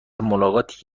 ملاقات